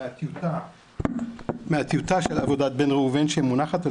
מהטיוטה של עבודת בן ראובן שמונחת על